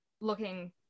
looking